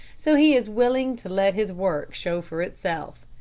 so he is willing to let his work show for itself.